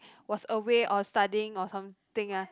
was away or studying or something ah